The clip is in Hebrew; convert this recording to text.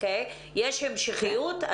יש המשכיות?